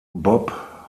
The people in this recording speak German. bob